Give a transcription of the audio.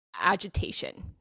agitation